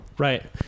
Right